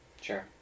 Sure